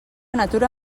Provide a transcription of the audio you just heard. natura